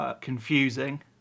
Confusing